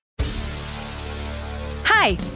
Hi